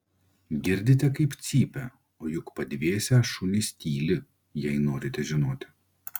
girdite kaip cypia o juk padvėsę šunys tyli jei norite žinoti